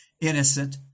innocent